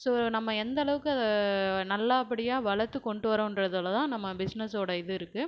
so நம்ம எந்த அளவுக்கு அதை நல்லாபடியாக வளர்த்து கொண்டுட்டு வரோம்றதுல தான் நம்ம பிஸினஸோட இது இருக்கு